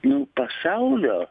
nu pasaulio